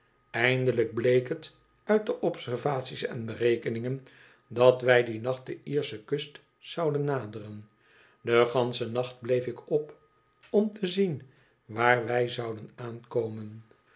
eindelijk bleek het uit de observaties en berekeningen dat wij dien nacht de lersche kust zouden naderen den ganschen nacht bleef ik op om te zien waar wij zouden aankomen